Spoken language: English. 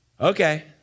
Okay